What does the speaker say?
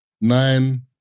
Nine